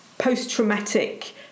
post-traumatic